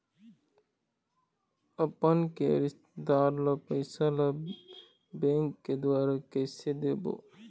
अपन के रिश्तेदार ला पैसा ला बैंक के द्वारा कैसे देबो?